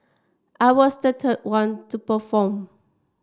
I was third one to perform